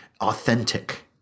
authentic